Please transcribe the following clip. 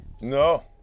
No